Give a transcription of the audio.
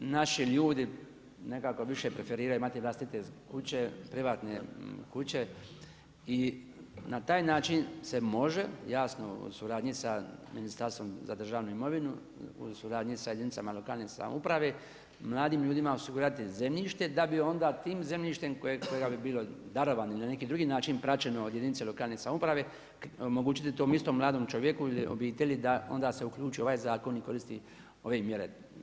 Naši ljudi nekako više preferiraju imati vlastite kuće, privatne kuće i na ta taj način se može, jasno u suradnji sa Ministarstvom za državnu imovinu u suradnji sa jedinicama lokalne samouprave mladim ljudima osigurati zemljište da bi onda tim zemljištem kojega bi bilo, darovano ili na neki drugi način praćeno od jedinice lokalne samouprave omogućiti tom istom mladom čovjeku ili obitelji da onda se uključi u ovaj zakon i koristi ove mjere.